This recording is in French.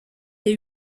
les